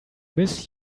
miss